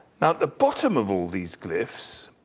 now at the bottom of all these glyphs,